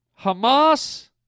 Hamas